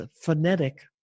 phonetic